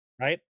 Right